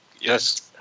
yes